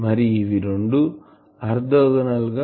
మరియు ఇవి రెండు ఆర్తోగోనల్ orthogonal